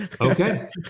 Okay